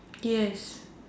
yes